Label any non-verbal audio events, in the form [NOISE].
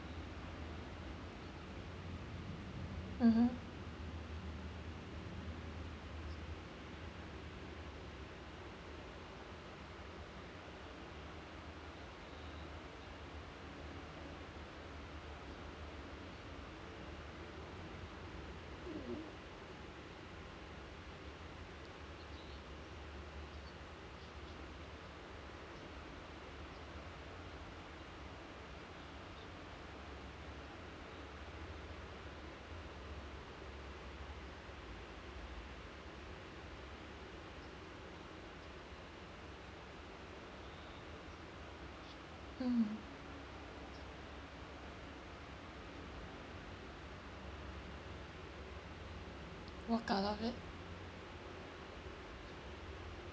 mmhmm [NOISE] mm walk out of it